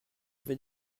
avez